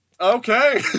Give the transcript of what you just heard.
Okay